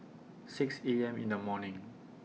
six A M in The morning